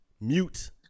Mute